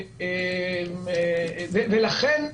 לכן,